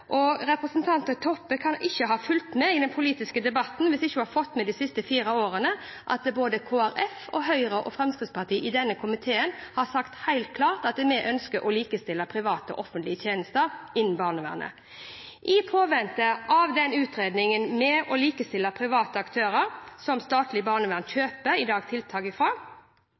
og representanten Toppe kan ikke ha fulgt med i den politiske debatten hvis ikke hun har fått med seg de siste fire årene at både Kristelig Folkeparti, Høyre og Fremskrittspartiet i denne komiteen har sagt helt klart at en ønsker å likestille private og offentlige tjenester innen barnevernet. I påvente av utredningen om det å likestille private aktører som statlig barnevern i dag kjøper tiltak